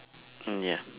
mm ya